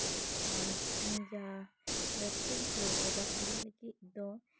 ᱟᱨ ᱤᱧ ᱡᱟᱦᱟᱸ ᱵᱮᱵᱥᱟᱧ ᱥᱩᱨᱩ ᱠᱟᱫᱟ ᱚᱱᱟ ᱞᱟᱹᱜᱤᱫ ᱫᱚ